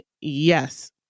yes